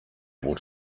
able